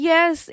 Yes